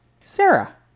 Sarah